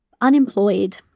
unemployed